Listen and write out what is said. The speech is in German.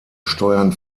steuern